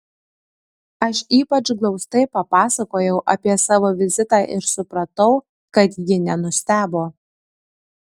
aš ypač glaustai papasakojau apie savo vizitą ir supratau kad ji nenustebo